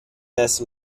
دست